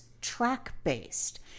track-based